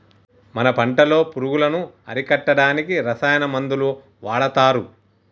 మన పంటలో పురుగులను అరికట్టడానికి రసాయన మందులు వాడతారు